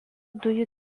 dujų